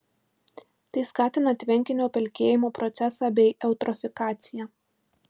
tai skatina tvenkinio pelkėjimo procesą bei eutrofikaciją